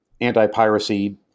anti-piracy